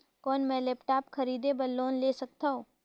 कौन मैं लेपटॉप खरीदे बर लोन ले सकथव?